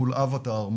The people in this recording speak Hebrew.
מול אווטר,